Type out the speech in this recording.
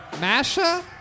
Masha